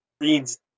reads